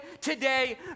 today